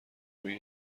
روی